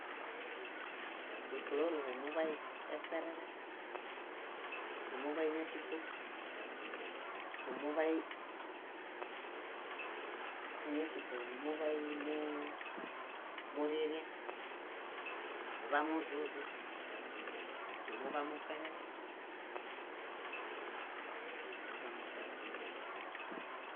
. Íkuloruhe muḃay eṗerere, nuḃay nátipo, múñatiṗo, numuḃay muu- muririã, muḃamuźuźũ, numuḃamuṗerere, muḃamuṗerere.